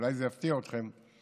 אולי זה יפתיע אתכם,